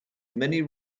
many